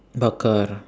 bakar